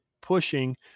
pushing